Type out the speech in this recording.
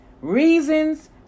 reasons